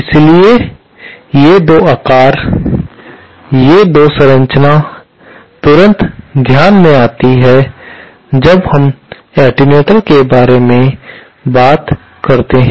इसलिए ये 2 आकार ये 2 संरचनाएं तुरंत ध्यान में आती हैं जब हम एटेन्यूएटर के बारे में बात करते हैं